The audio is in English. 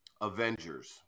Avengers